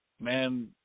man